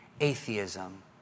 atheism